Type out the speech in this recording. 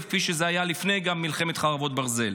כפי שזה היה לפני מלחמת חרבות ברזל.